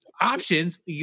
options